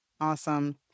Awesome